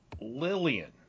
Lillian